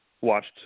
watched